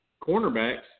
cornerbacks